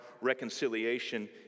reconciliation